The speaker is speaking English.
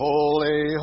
Holy